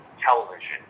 television